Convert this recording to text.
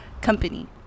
company